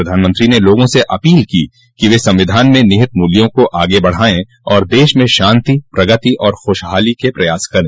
प्रधानमंत्री ने लोगों से अपील की कि वे संविधान में निहित मूल्यों को आगे बढ़ायें और देश में शांति प्रगति तथा खुशहाली के प्रयास करें